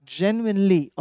genuinely